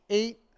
eight